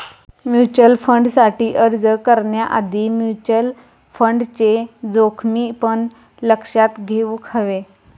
mutual फंडसाठी अर्ज करण्याआधी म्युचल फंडचे जोखमी पण लक्षात घेउक हवे